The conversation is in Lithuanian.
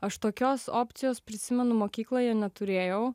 aš tokios opcijos prisimenu mokykloje neturėjau